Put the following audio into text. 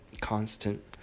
constant